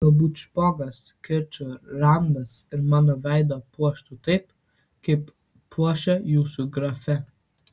galbūt špagos kirčio randas ir mano veidą puoštų taip kaip puošia jūsų grafe